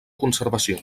conservació